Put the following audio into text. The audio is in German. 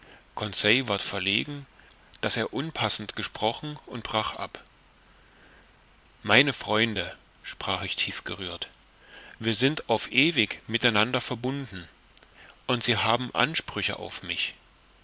ward verlegen daß er unpassend gesprochen und brach ab meine freunde sprach ich tief gerührt wir sind auf ewig mit einander verbunden und sie haben ansprüche auf mich